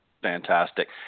fantastic